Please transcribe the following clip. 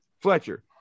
Fletcher